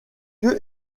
lieu